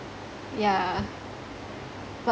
yeah but